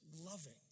loving